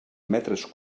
metres